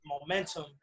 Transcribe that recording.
momentum